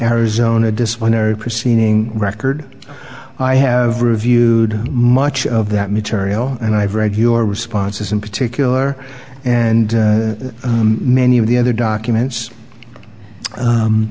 arizona disciplinary proceeding record i have reviewed much of that material and i've read your responses in particular and many of the other documents